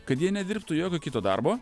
kad jie nedirbtų jokio kito darbo